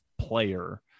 player